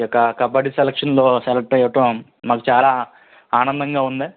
ఈ యొక్క కబడ్డీ సెలక్షన్లో సెలెక్ట్ అవ్వటం మాకు చాలా ఆనందంగా ఉంది